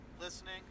listening